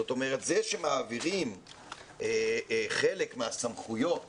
זאת אומרת זה שמעבירים חלק מהסמכויות